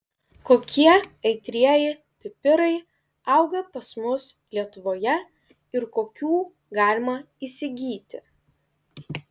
kokie aitrieji pipirai auga pas mus lietuvoje ir kokių galima įsigyti